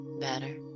better